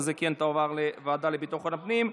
אז היא כן תועבר לוועדה לביטחון הפנים.